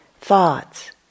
thoughts